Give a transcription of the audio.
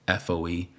FOE